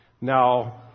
Now